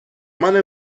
мене